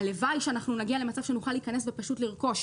הלוואי שאנחנו נגיע למצב שנוכל להיכנס ופשוט לרכוש,